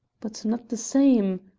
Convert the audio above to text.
but not the same,